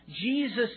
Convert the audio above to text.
Jesus